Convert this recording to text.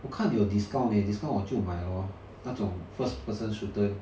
我看有 discount 有 discount 我就买 lor 那种 first person shooter